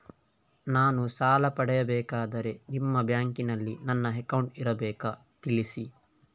ನಾನು ಸಾಲ ಪಡೆಯಬೇಕಾದರೆ ನಿಮ್ಮ ಬ್ಯಾಂಕಿನಲ್ಲಿ ನನ್ನ ಅಕೌಂಟ್ ಇರಬೇಕಾ ತಿಳಿಸಿ?